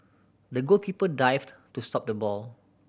the goalkeeper dived to stop the ball